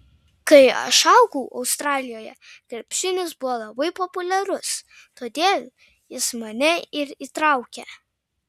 kai aš augau australijoje krepšinis buvo labai populiarus todėl jis mane ir įtraukė